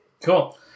Cool